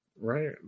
right